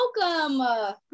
welcome